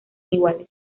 iguales